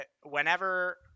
whenever